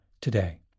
today